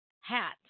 hat